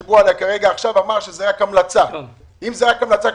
היא רק המלצה ולא הנחיה?